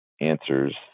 answers